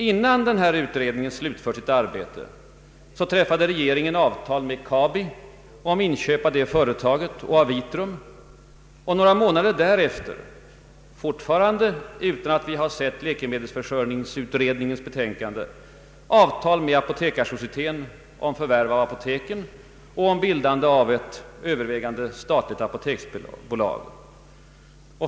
Innan denna utredning slutfört sitt arbete träffade regeringen avtal med KABI om inköp av det företaget och av Vitrum och några månader därefter — fortfarande utan att vi sett läkemedelsförsörjningsutredningens betänkande — avtal med Apotekarsocieteten om förvärv av apoteken och om bildandet av ett övervägande statligt apoteksbolag.